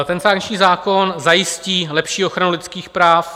Ten sankční zákon zajistí lepší ochranu lidských práv.